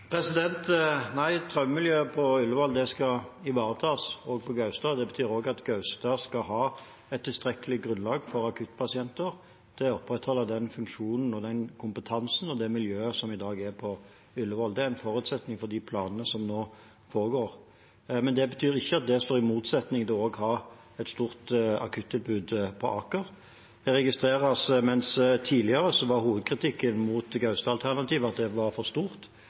Nei, traumemiljøet på Ullevål skal ivaretas også på Gaustad. Det betyr også at Gaustad skal ha et tilstrekkelig grunnlag for akuttpasienter til å opprettholde den funksjonen, den kompetansen og det miljøet som i dag er på Ullevål. Det er en forutsetning for de planene som nå foregår. Men det betyr ikke at det står i motsetning til også å ha et stort akuttilbud på Aker. Jeg registrerer at hovedkritikken mot Gaustad-alternativet tidligere var at det var for stort.